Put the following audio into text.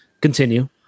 Continue